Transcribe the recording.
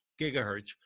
gigahertz